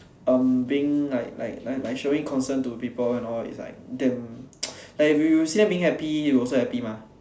um being like like like like showing concern to people and all is like damn like you see them being happy you also happy mah